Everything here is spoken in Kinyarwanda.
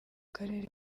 karere